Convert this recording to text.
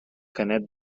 canet